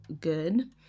good